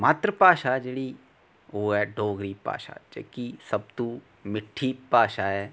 मात्र भाशा ऐ जेह्ड़ी ओह् ऐ डोगरी भाशा जेह्की सबतूं भाशा ऐ